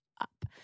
up